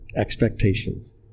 expectations